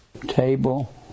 Table